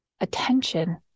Attention